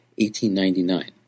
1899